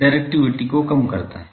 directivity को कम करता है